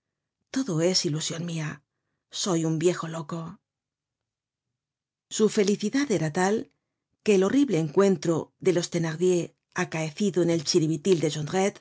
todo es ilusion mia soy un viejo loco su felicidad era tal que el horrible encuentro de los thenardier acaecido en el chiribitil de